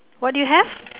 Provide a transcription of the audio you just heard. what do you have